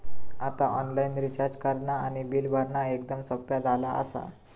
आता online recharge करणा आणि बिल भरणा एकदम सोप्या झाला आसा